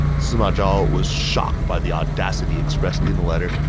sima zhao was shocked by the audacity expressed in the letter,